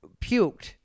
puked